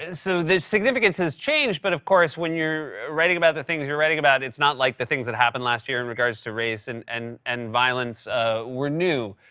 so the significance has changed, but of course, when you're writing about the things you're writing about, it is not like the things that happened last year in regards to race and and and violence were new.